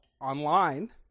online